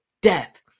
death